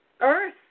earth